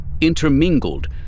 intermingled